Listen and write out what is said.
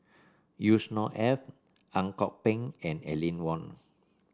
Yusnor Ef Ang Kok Peng and Aline Wong